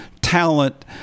talent